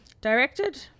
directed